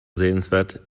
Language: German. sehenswert